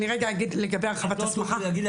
אני רגע אגיד לגבי הרחבת הסמכה --- את לא תוכלי להגיד,